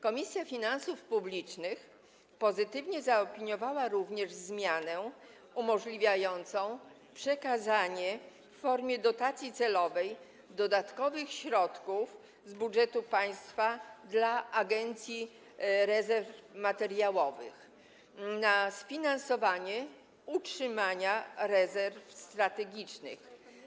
Komisja Finansów Publicznych pozytywnie zaopiniowała również zmianę umożliwiającą przekazanie, w formie dotacji celowej, dodatkowych środków z budżetu państwa dla Agencji Rezerw Materiałowych na sfinansowanie utrzymywania rezerw strategicznych.